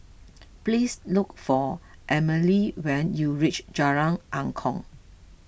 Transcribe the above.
please look for Amelie when you reach Jalan Angklong